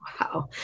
wow